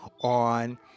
on